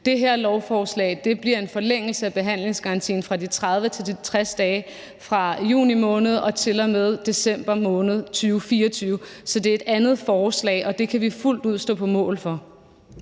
Det her lovforslag bliver en forlængelse af behandlingsgarantien fra 30 til 60 dage i perioden fra juni måned 2023 til og med december måned 2024. Så det er et andet forslag, og det kan vi fuldt ud stå på mål for.